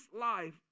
life